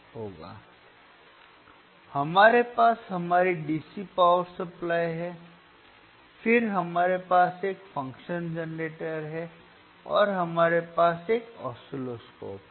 तो हमारे पास हमारी DC पावर सप्लाई है फिर हमारे पास एक फ़ंक्शन जनरेटर है और हमारे पास एक ऑसिलोस्कोप है